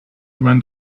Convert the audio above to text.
went